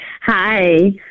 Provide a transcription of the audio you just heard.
hi